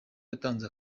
yatanze